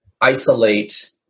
isolate